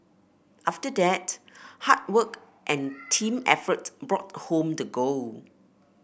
after that hard work and team effort brought home the gold